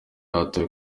hatowe